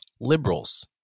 liberals